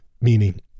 meaning